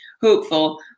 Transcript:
hopeful